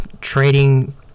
trading